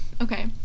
Okay